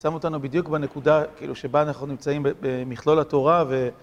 שם אותנו בדיוק בנקודה כאילו שבה אנחנו נמצאים במכלול התורה.